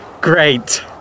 great